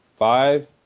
Five